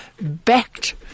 backed